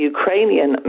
Ukrainian